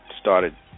Started